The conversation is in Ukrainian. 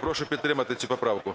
Прошу підтримати цю поправку.